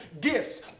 gifts